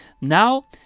now